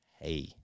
hey